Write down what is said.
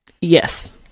Yes